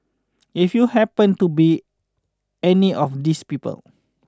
if you happened to be any of these people